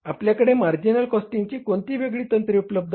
आपल्याकडे मार्जिनल कॉस्टिंगची कोणती वेगवेगळी तंत्रे उपलब्ध आहेत